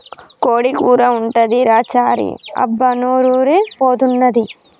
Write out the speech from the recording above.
కోడి కూర ఉంటదిరా చారీ అబ్బా నోరూరి పోతన్నాది